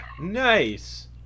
Nice